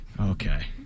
Okay